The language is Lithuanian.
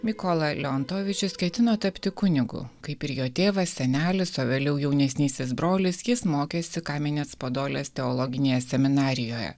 mikola leontonovičius ketino tapti kunigu kaip ir jo tėvas senelis o vėliau jaunesnysis brolis jis mokėsi kamenės podolės teologinėje seminarijoje